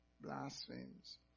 blasphemes